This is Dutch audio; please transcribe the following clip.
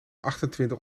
achtentwintig